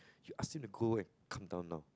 you ask him to go and come down now